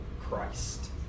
Christ